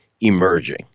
emerging